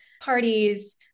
parties